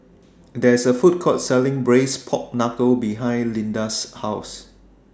There IS A Food Court Selling Braised Pork Knuckle behind Lida's House